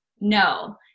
no